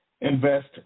invest